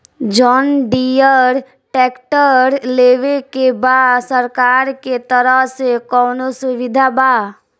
John Deere tractor लेवे के बा सरकार के तरफ से कौनो सुविधा बा?